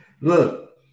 look